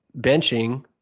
benching